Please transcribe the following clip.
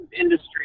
industry